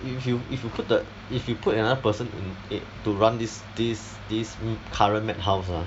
if you if you put the if you put another person in to run this this this current mad house lah